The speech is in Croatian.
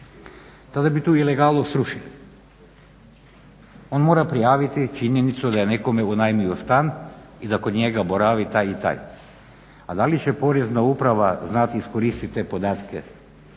Tada bi tu ilegalu srušili. On mora prijaviti činjenicu da je nekome unajmio stan i da kod njega boravi taj i taj. A da li će porezna uprava znati iskoristiti te podatke